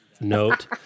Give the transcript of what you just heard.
note